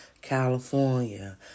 California